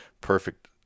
Perfect